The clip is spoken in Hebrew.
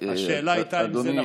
השאלה הייתה אם זה נכון.